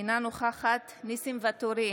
אינה נוכחת ניסים ואטורי,